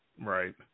Right